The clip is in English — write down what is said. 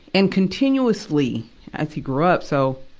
and continuously as he grew up. so,